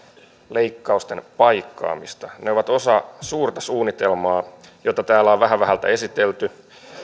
leikkausten paikkaamista ne ovat osa suurta suunnitelmaa jota täällä on vähä vähältä esitelty